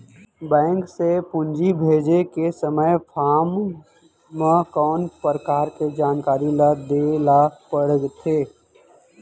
Bank से पूंजी भेजे के समय फॉर्म म कौन परकार के जानकारी ल दे ला पड़थे?